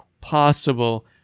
possible